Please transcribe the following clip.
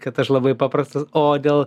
kad aš labai paprastas o dėl